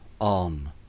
on